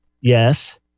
Yes